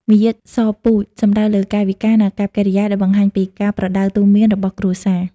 «មារយាទសពូជ» សំដៅលើកាយវិការ និងអាកប្បកិរិយា ដែលបង្ហាញពីការប្រដៅទូន្មានរបស់គ្រួសារ។